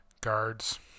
guards